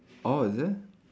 oh is it